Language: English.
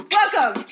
Welcome